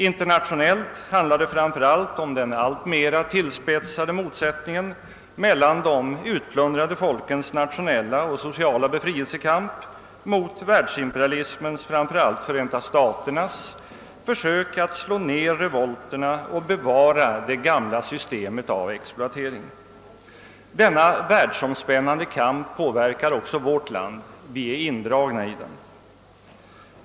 Internationellt handlar det framför allt om den alltmer tillspetsade motsättningen mellan de utplundrade folkens nationella och sociala befrielsekamp mot världsimperialismens — framför allt Förenta staternas — försök att slå ned revolterna och bevara det gamla systemet av exploatering. Denna världsomspännande kamp påverkar också vårt land — vi är indragna i den.